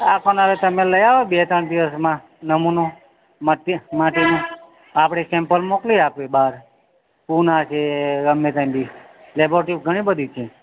હા પણ હવે તમે લઈ આવો બે ત્રણ દિવસમાં નમૂનો મધ્ય માટીનો આપણે સેમ્પલ મોકલી આપીએ બહાર પુના છે ગમે ત્યા બી લેબોરટી ઘણી બધી છે